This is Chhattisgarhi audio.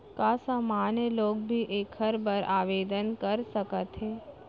का सामान्य लोग भी एखर बर आवदेन कर सकत हे?